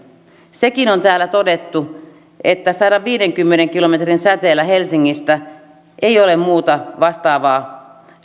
sekin on täällä todettu että sadanviidenkymmenen kilometrin säteellä helsingistä ei ole muuta vastaavaa